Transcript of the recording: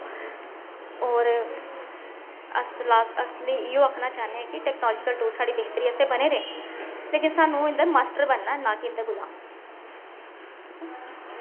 होर अस ते लास्ट असली इ'यो आक्खना चाहन्ने आं कि टैक्नोलाजीकल टूल्स साढ़ी बेहतरी आस्तै बने दे लेकिन सानूं इं'दा मास्टर बनना ना कि इं'दा गुलाम